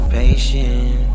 patient